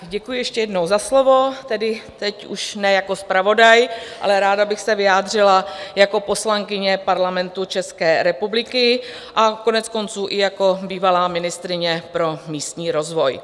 Děkuji ještě jednou za slovo, tedy teď už ne jako zpravodaj, ale ráda bych se vyjádřila jako poslankyně Parlamentu České republiky a koneckonců i jako bývalá ministryně pro místní rozvoj.